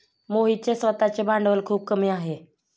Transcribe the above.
मोहितचे स्वतःचे भांडवल खूप कमी आहे